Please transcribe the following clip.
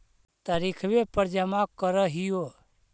तरिखवे पर जमा करहिओ?